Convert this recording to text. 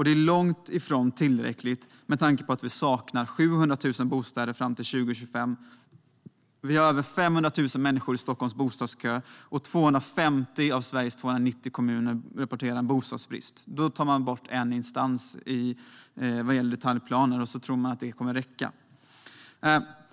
Det är långt ifrån tillräckligt med tanke på att vi saknar 700 000 bostäder i Sverige fram till 2025, att vi har över 500 000 människor i Stockholms bostadskö och att 250 av Sveriges 290 kommuner rapporterar bostadsbrist. Man tar bort en instans vad gäller detaljplaner och tror att det kommer att räcka.